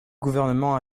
gouvernement